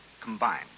combined